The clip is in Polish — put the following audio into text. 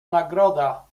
nagroda